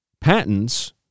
patents